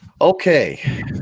Okay